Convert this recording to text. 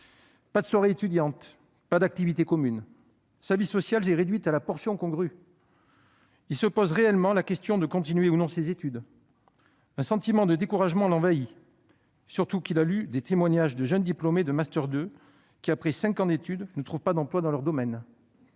pas de soirées étudiantes, pas d'activités communes. Sa vie sociale est réduite à la portion congrue. Il se demande réellement s'il vaut la peine de continuer ses études. Un sentiment de découragement l'envahit, d'autant qu'il a lu des témoignages de jeunes diplômés de master 2 qui, après cinq ans d'études, ne trouvent pas d'emploi dans leur domaine